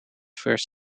first